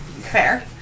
fair